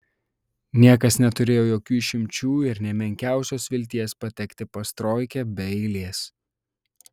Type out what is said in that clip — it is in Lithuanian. niekas neturėjo jokių išimčių ir nė menkiausios vilties patekti pas troikę be eilės